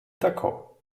tako